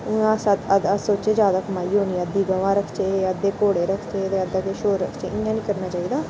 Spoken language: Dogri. इ'यां अस अग सोचगे ज्यादा कमाई होनी ऐ अद्धी गमां रखचै अद्धे घोड़े रखचै ते अद्धा किश होर रखचै इ'यां नी करना चाहिदा